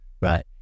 Right